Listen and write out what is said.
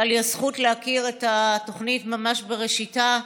הייתה לי הזכות להכיר את התוכנית ממש בראשיתה,